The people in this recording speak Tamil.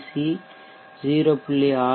சி 0